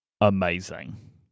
amazing